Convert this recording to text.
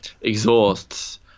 exhausts